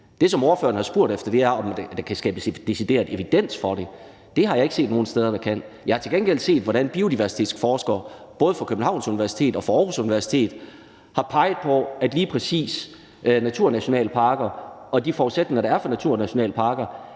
Det, som ordføreren har spurgt om, er, om der kan skabes decideret evidens for det, og det har jeg ikke set nogen steder. Jeg har til gengæld set, hvordan biodiversitetsforskere både fra Københavns Universitet og fra Aarhus Universitet har peget på, at lige præcis naturnationalparker og de forudsætninger, der er for naturnationalparker,